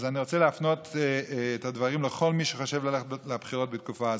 אז אני רוצה להפנות את הדברים לכל מי שחושב ללכת לבחירות בתקופה הזאת: